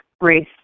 race